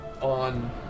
On